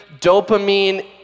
dopamine